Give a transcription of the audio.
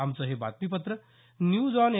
आमचं हे बातमीपत्र न्यूज आॅन ए